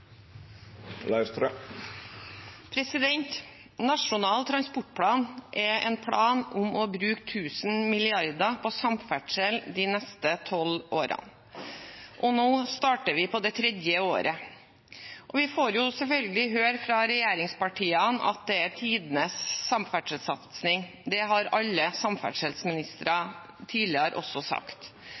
avslutta. Nasjonal transportplan er en plan om å bruke tusen milliarder på samferdsel de neste tolv årene. Nå starter vi på det tredje året. Vi får selvfølgelig høre fra regjeringspartiene at det er tidenes samferdselssatsing. Det har alle samferdselsministre tidligere også sagt.